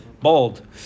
bald